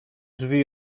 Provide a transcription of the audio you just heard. drzwi